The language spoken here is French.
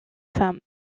femmes